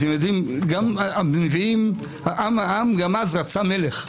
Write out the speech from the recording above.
גם אז העם רצה מלך.